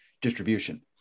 distribution